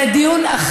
במקביל,